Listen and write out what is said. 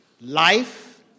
Life